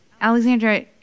Alexandra